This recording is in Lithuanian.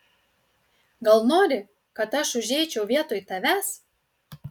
gal nori kad aš užeičiau vietoj tavęs